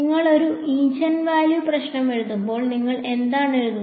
നിങ്ങൾ ഒരു ഈജൻവാല്യൂ പ്രശ്നം എഴുതുമ്പോൾ നിങ്ങൾ എന്താണ് എഴുതുന്നത്